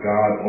God